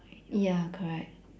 ya correct